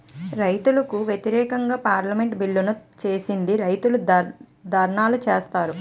రైతులకు వ్యతిరేకంగా పార్లమెంటు బిల్లులను చేసిందని రైతులు ధర్నాలు చేశారు